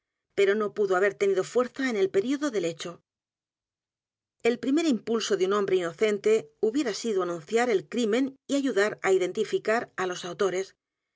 pero no pudo haber tenido fuerza en el período del hecho el primer impulso de un hombre inocente hubiera sido anunciar el crimen y ayudar á identificar á los autores